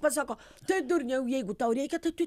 pats sako tai durniau jeigu tau reikia tai tu